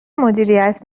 مدیریت